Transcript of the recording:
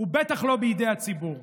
הוא בטח לא בידי הציבור.